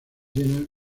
llenas